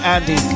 Andy